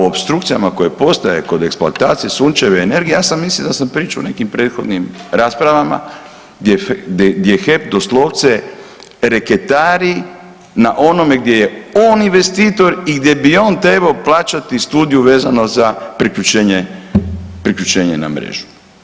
A o opstrukcijama koje postoje kod eksploatacije sunčeve energije ja sam mislio, ja sam pričao u nekim prethodnim raspravama gdje HEP doslovce reketari na onome gdje je on investitor i gdje bi on trebao plaćati studiju vezano za priključenje, priključenje na mrežu.